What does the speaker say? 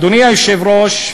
אדוני היושב-ראש,